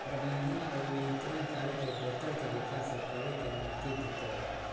प्रबंधन और नियंत्रण कार्य के बेहतर तरीका से करे के अनुमति देतय